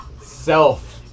self-